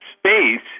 space